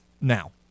now